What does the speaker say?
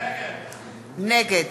נגד